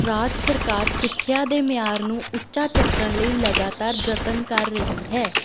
ਰਾਜ ਸਰਕਾਰ ਸਿੱਖਿਆ ਦੇ ਮਿਆਰ ਨੂੰ ਉੱਚਾ ਚੱਕਣ ਲਈ ਲਗਾਤਾਰ ਯਤਨ ਕਰ ਰਹੀ ਹੈ